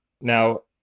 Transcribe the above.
now